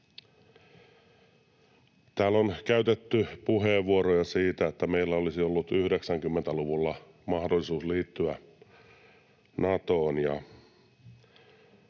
Täällä on käytetty puheenvuoroja siitä, että meillä olisi ollut 90-luvulla mahdollisuus liittyä Natoon.